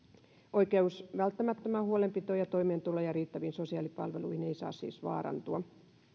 oikeus välttämättömään huolenpitoon ja toimeentuloon ja riittäviin sosiaalipalveluihin ei saa siis vaarantua